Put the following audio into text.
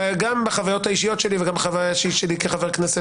גם בחוויות האישיות שלי וגם חוויה אישית שלי כחבר כנסת.